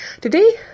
Today